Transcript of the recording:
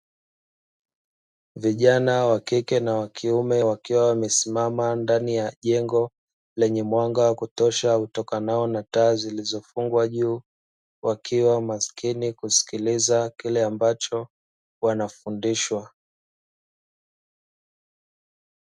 Vijana wa kike na wa kiume, wakiwa wamesimama ndani ya jengo lenye mwanga wa kutosha utokanao na taa zilizofungwa juu, wakiwa makini kusikiliza kile ambacho wanafundishwa.